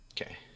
okay